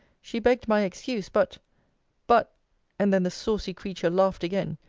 she begged my excuse but but and then the saucy creature laughed again,